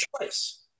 choice